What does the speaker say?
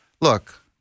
look